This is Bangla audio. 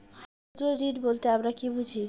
ক্ষুদ্র ঋণ বলতে আমরা কি বুঝি?